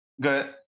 good